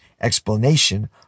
explanation